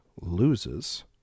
loses